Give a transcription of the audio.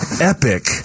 epic